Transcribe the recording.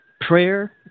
Prayer